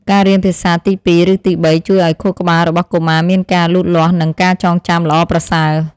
ការរៀនភាសាទីពីរឬទីបីជួយឱ្យខួរក្បាលរបស់កុមារមានការលូតលាស់និងការចងចាំល្អប្រសើរ។